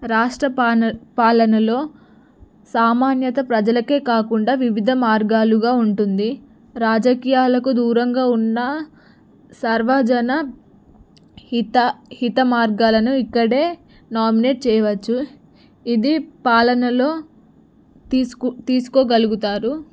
రాష్ట్ర పాల పాలనలో సామాన్యత ప్రజలకు కాకుండా వివిధ మార్గాలుగా ఉంటుంది రాజకీయాలకు దూరంగా ఉన్న సార్వజన హిత హిత మార్గాలను ఇక్కడే నామినేట్ చేయవచ్చు ఇది పాలనలో తీసుకు తీసుకోగలుగుతారు